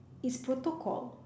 it's protocol